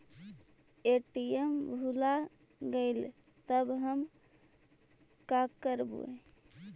ATM भुला गेलय तब हम काकरवय?